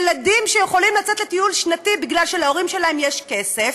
יש ילדים שיכולים לצאת לטיול שנתי כי להורים שלהם יש כסף,